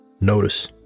Notice